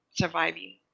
surviving